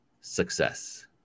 success